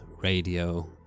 radio